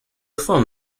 phone